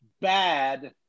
bad